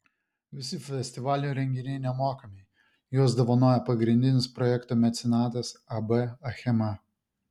visi festivalio renginiai nemokami juos dovanoja pagrindinis projekto mecenatas ab achema